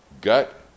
gut